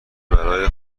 برای